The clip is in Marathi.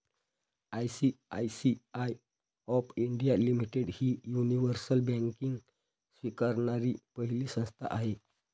आय.सी.आय.सी.आय ऑफ इंडिया लिमिटेड ही युनिव्हर्सल बँकिंग स्वीकारणारी पहिली संस्था आहे